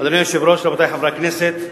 אדוני היושב-ראש, רבותי חברי הכנסת,